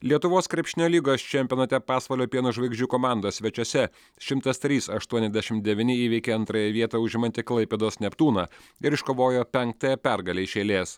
lietuvos krepšinio lygos čempionate pasvalio pieno žvaigždžių komanda svečiuose šimtas trys aštuoniasdešimt devyni įveikė antrąją vietą užimantį klaipėdos neptūną ir iškovojo penktąją pergalę iš eilės